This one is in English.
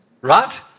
right